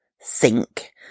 sink